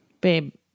Babe